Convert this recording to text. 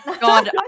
God